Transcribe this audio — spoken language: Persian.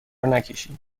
نکشی